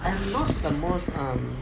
I'm not the most um